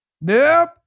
Nope